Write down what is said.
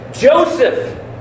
Joseph